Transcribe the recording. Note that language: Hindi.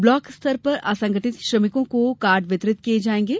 ब्लॉक स्तर पर असंगठित श्रमिकों को कार्ड वितरित किये जायेंगे